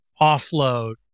offload